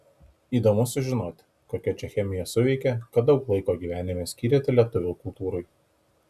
įdomu sužinoti kokia čia chemija suveikė kad daug laiko gyvenime skyrėte lietuvių kultūrai